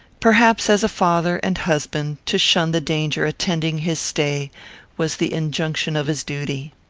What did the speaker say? perhaps as a father and husband, to shun the danger attending his stay was the injunction of his duty.